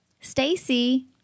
Stacy